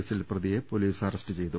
കേസിൽ പ്രതിയെ police arrest ചെയ്തു